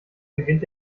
beginnt